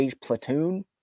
platoon